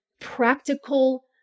practical